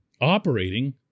operating